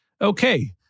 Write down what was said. Okay